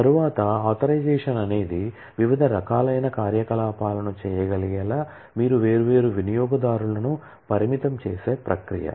తరువాత ఆథరైజషన్ అనేది వివిధ రకాలైన కార్యకలాపాలను చేయగలిగేలా మీరు వేర్వేరు వినియోగదారులను పరిమితం చేసే ప్రక్రియ